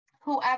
whoever